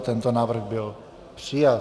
Tento návrh byl přijat.